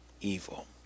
evil